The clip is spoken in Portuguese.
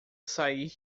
sair